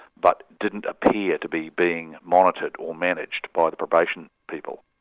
but didn't appear to be being monitored or managed by the probation people.